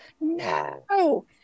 no